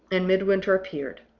and midwinter appeared